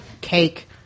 cake